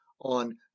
on